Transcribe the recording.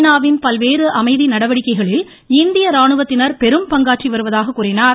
நாவின் பல்வேறு என்று அமைகி நடவடிக்கைகளில் இந்திய ராணுவத்தினர் பெரும் பங்காற்றி வருவதாக கூறினார்